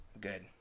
Good